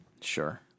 Sure